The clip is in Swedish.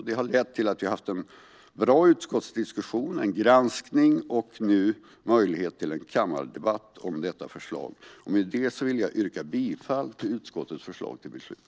Det har lett till att vi har haft en bra utskottsdiskussion, en granskning och nu en möjlighet till en kammardebatt om förslaget. Med detta vill jag yrka bifall till utskottets förslag till beslut.